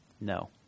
No